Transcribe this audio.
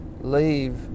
leave